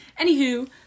Anywho